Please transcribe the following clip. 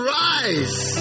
rise